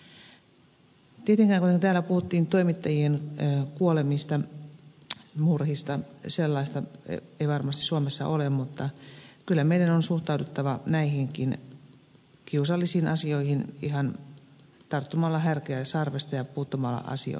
tietenkään kun täällä puhuttiin toimittajien kuolemista murhista sellaista ei varmasti suomessa ole mutta kyllä meidän on suhtauduttava näihinkin kiusallisiin asioihin ihan tarttumalla härkää sarvista ja puuttumalla asioihin